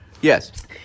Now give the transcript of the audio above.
Yes